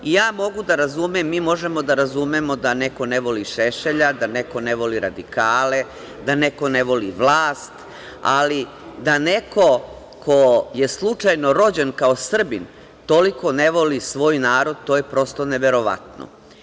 Mogu da razumem, mi možemo da razumemo da neko ne voli Šešelja, da neko ne voli radikale, da neko ne voli vlast, ali da neko ko je slučajno rođen kao Srbin, toliko ne voli svoj narod, to je prosto neverovatno.